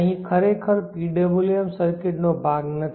આ ખરેખર PWM સર્કિટનો ભાગ નથી